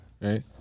Right